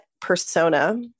persona